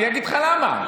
למה?